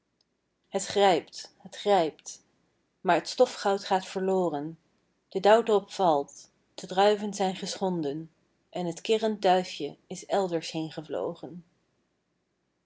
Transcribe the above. grijpt het grijpt maar t stofgoud gaat verloren de dauwdrop valt de druiven zijn geschonden en t kirrend duifje is elders heengevlogen